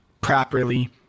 properly